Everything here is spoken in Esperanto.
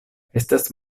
estas